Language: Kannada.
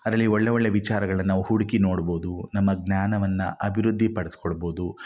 ಅದರಲ್ಲಿ ಒಳ್ಳೆ ಒಳ್ಳೆ ವಿಚಾರಗಳನ್ನ ನಾವು ಹುಡುಕಿ ನೋಡ್ಬೋದು ನಮ್ಮ ಜ್ಞಾನವನ್ನು ಅಭಿವೃದ್ಧಿ ಪಡಿಸ್ಕೊಳ್ಬೋದು